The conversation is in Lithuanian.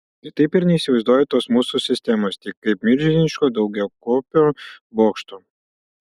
kitaip ir neįsivaizduoju tos mūsų sistemos tik kaip milžiniško daugiapakopio bokšto